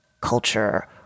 culture